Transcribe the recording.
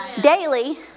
Daily